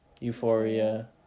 euphoria